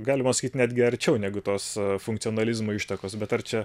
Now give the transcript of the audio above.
galima sakyt netgi arčiau negu tos funkcionalizmo ištakos bet ar čia